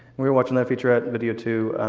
we were watching that featurette video, too,